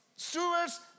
Stewards